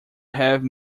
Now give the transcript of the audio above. have